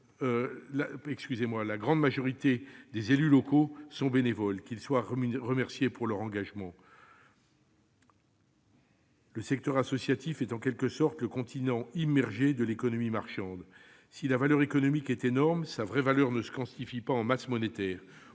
La grande majorité des élus locaux sont bénévoles. Qu'ils soient ici remerciés de leur engagement. Le secteur associatif est en quelque sorte le continent immergé de l'économie marchande. Si sa valeur économique est considérable, sa véritable valeur ne se quantifie pas en masse monétaire.